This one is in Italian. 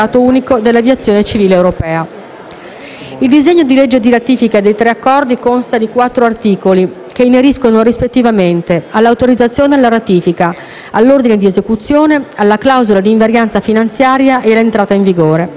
Il disegno di legge di ratifica dei tre Accordi consta di quattro articoli che ineriscono rispettivamente, all'autorizzazione alla ratifica, all'ordine di esecuzione, alla clausola di invarianza finanziaria e alla entrata in vigore. Non ci sono oneri economici.